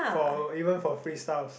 for even for free stuffs